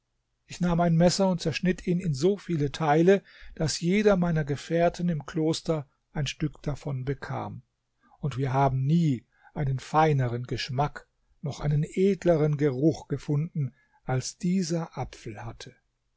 ich nahm ein messer und zerschnitt ihn in so viele teile daß jeder meiner gefährten im kloster ein stück davon bekam und wir haben nie einen feineren geschmack noch einen edleren geruch gefunden als dieser apfel hatte